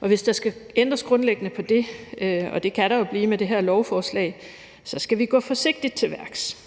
Og hvis der skal ændres grundlæggende på det – og det kan der jo blive med det her lovforslag – skal vi gå forsigtigt til værks.